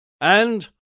and